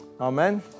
Amen